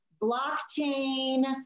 blockchain